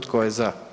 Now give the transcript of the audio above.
Tko je za?